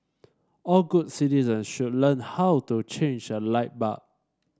all good citizen should learn how to change a light bulb